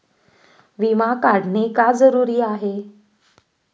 विमा काढणे का जरुरी आहे?